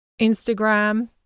Instagram